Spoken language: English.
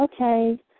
Okay